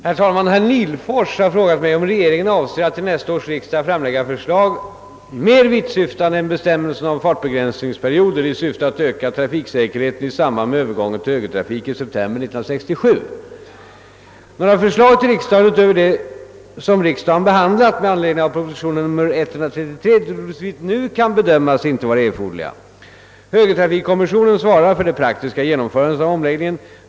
Herr talman! Herr Nihlfors har frågat mig, om regeringen avser att till nästa års riksdag framlägga förslag — mer vittsyftande än bestämmelserna om fartbegränsningsperioder — i syfte att öka trafiksäkerheten i samband med övergången till högertrafik i september 1967. Några förslag till riksdagen utöver de som riksdagen behandlat med anledning av proposition nr 133 torde såvitt nu kan bedömas inte vara erforderliga. Högertrafikkommissionen svarar för det praktiska genomförandet av omläggningen.